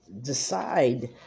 decide